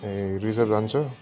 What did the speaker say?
ए reserve लान्छ